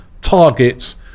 targets